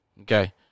okay